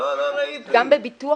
שנבדוק